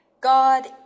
God